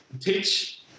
teach